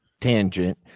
tangent